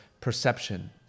perception